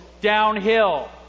downhill